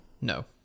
No